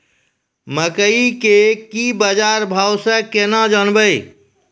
मकई के की बाजार भाव से केना जानवे?